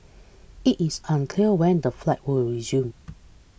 it is unclear when the flight will resume